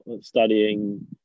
studying